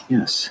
Yes